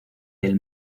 del